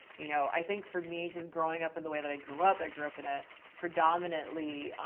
you know, i think for me, just growing up in the way that i grew up, i grew up in a predominantly,